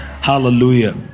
Hallelujah